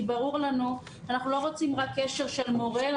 אנחנו לא רוצים רק קשר של מורה,